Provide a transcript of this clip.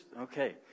okay